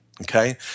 Okay